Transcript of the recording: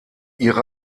ihre